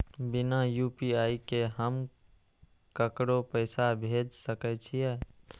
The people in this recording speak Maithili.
बिना यू.पी.आई के हम ककरो पैसा भेज सके छिए?